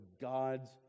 God's